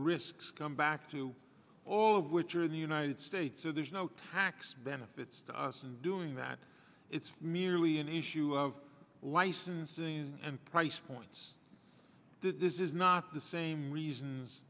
risks come back to all of which are in the united states so there's no tax benefits to us in doing that it's merely an issue of licensing and price points that this is not the same reasons